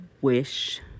wish